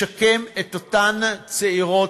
לשקם את אותן צעירות,